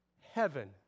heaven